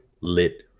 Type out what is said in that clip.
lit